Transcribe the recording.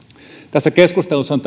tässä keskustelussa on